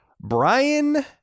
Brian